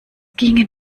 gingen